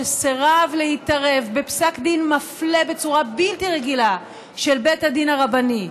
שסירב להתערב בפסק דין מפלה בצורה בלתי רגילה של בית הדין הרבני,